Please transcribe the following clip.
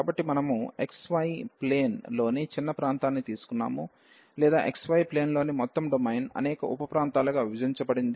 కాబట్టి మనము xy plane లోని చిన్న ప్రాంతాన్ని తీసుకున్నాము లేదా xy ప్లేన్ లోని మొత్తం డొమైన్ అనేక ఉప ప్రాంతాలుగా విభజించబడింది